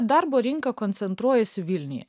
darbo rinka koncentruojasi vilniuje